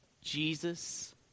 Jesus